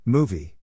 Movie